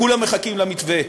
כולם מחכים למתווה.